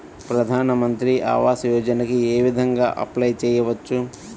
ప్రధాన మంత్రి ఆవాసయోజనకి ఏ విధంగా అప్లే చెయ్యవచ్చు?